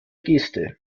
geste